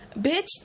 bitch